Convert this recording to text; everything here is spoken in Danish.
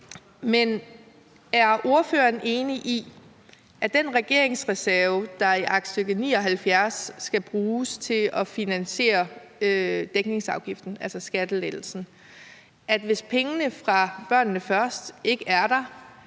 Er ordføreren enig i, at den regeringsreserve, der i aktstykke 79 skal bruges til at finansiere dækningsafgiften, altså skattelettelsen, mangler – altså stort set hele